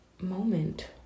moment